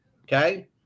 okay